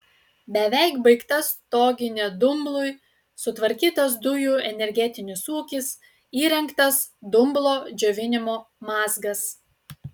beveik baigta stoginė dumblui sutvarkytas dujų energetinis ūkis įrengtas dumblo džiovinimo mazgas